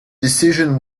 decision